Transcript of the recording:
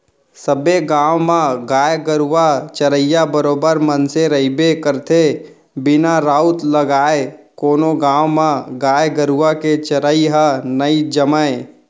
सबे गाँव म गाय गरुवा चरइया बरोबर मनसे रहिबे करथे बिना राउत लगाय कोनो गाँव म गाय गरुवा के चरई ह नई जमय